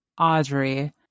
Audrey